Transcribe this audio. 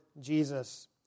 Jesus